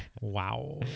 Wow